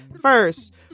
first